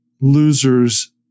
losers